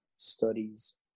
Studies